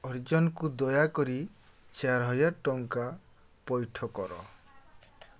ହରିଜନକୁ ଦୟାକରି ଚାରିହଜାର ଟଙ୍କା ପଇଠ କର